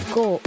go